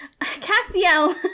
castiel